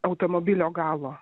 automobilio galo